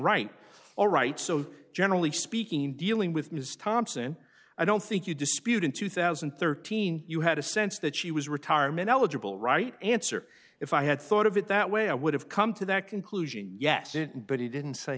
right all right so generally speaking in dealing with ms thompson i don't think you dispute in two thousand and thirteen you had a sense that she was retirement eligible right answer if i had thought of it that way i would have come to that conclusion yes it but he didn't say